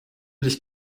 dich